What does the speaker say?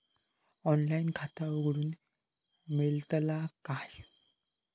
Online खाता उघडूक मेलतला काय?